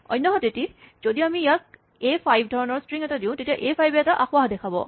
অন্যহাতেদি যদি আমি ইয়াক "A5" ধণৰ ষ্ট্ৰিং এটা দিওঁ তেতিয়া "A5" এ আসোঁৱাহ দেখুৱাব